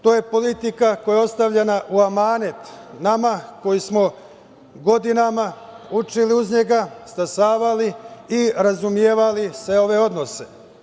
To je politika koja je ostavljena u amanet nama koji smo godinama učili uz njega, stasavali i razumevali sve ove odnose.